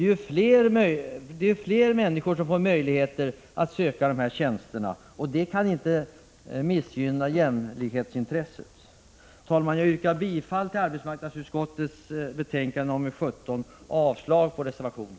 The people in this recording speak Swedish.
Det är fler människor som får möjlighet att söka de här tjänsterna nu, och det kan inte missgynna jämlikhetsintresset. Herr talman! Jag yrkar bifall till hemställan i arbetsmarknadsutskottets betänkande nr 17 och avslag på reservationen.